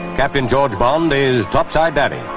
captain george bond is topside daddy,